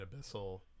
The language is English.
Abyssal